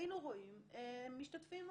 היינו רואים משתתפים נוספים,